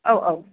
औ औ